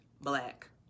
black